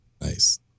Nice